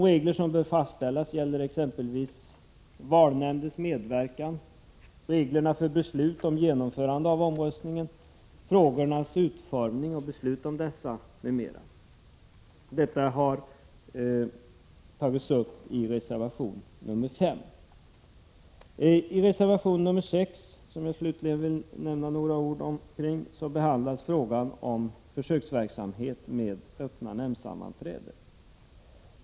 Regler som bör fastställas gäller t.ex. valnämndens medverkan, reglerna för beslut om genomförande av omröstningen, frågornas utformning och beslut om dessa. Detta har tagits upp i reservation 5. Ireservation 6, som jag slutligen skall säga några ord om, behandlas frågan om försöksverksamhet med öppna nämndsammanträden.